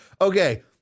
Okay